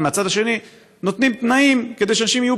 ומהצד השני נותנים תנאים כדי שאנשים יהיו